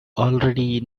already